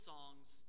Songs